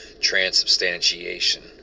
transubstantiation